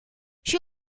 she